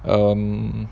um